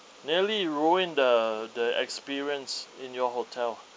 nearly ruin the the experience in your hotel